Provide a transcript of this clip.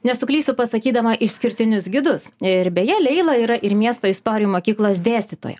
nesuklysiu pasakydama išskirtinius gidus ir beje leila yra ir miesto istorijų mokyklos dėstytoja